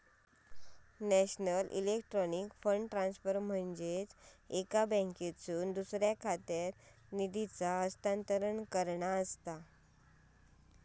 national electronic fund transfer म्हनजे एका बँकेतसून दुसऱ्या खात्यात निधीचा हस्तांतरण करणा होय